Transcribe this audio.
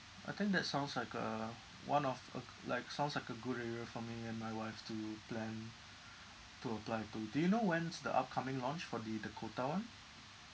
I think that sounds like uh one of uh k~ like sounds like a good area for me and my wife to plan to apply to do you know when's the upcoming launch for the dakota one